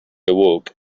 awoke